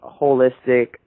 holistic